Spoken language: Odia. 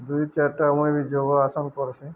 ଦୁଇ ଚାରିଟା ମୁଁ ବି ଯୋଗ ଆସନ କର୍ସିଁ